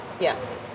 Yes